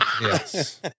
Yes